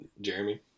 Jeremy